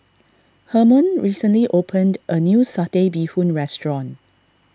Hermon recently opened a new Satay Bee Hoon restaurant